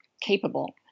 capable